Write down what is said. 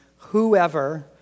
whoever